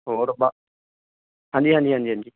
ਹੋਰ ਬਾ ਹਾਂਜੀ ਹਾਂਜੀ ਹਾਂਜੀ ਹਾਂਜੀ